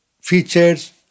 Features